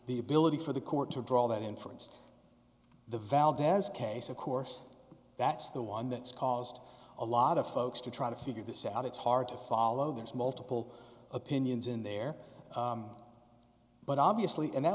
the ability for the court to draw that inference the valdez case of course that's the one that's caused a lot of folks to try to figure this out it's hard to follow there's multiple opinions in there but obviously and that